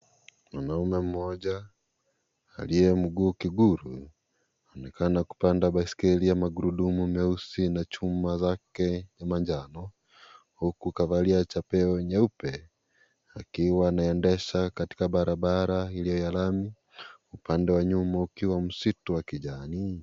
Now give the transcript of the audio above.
Mwanamume mmoja aliye mguu kiburi amepanda na kukaa baiskeli ya magurudumu meusi na chuma zake ni manjano huku kavalia chapeo nyeupe akiwa anaendesha katika barabara iliyo ya lami, upande wa nyuma ukiwa msitu wa kijani.